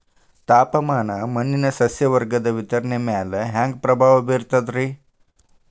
ತಾಪಮಾನ ಮಣ್ಣಿನ ಸಸ್ಯವರ್ಗದ ವಿತರಣೆಯ ಮ್ಯಾಲ ಹ್ಯಾಂಗ ಪ್ರಭಾವ ಬೇರ್ತದ್ರಿ?